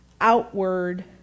outward